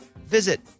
visit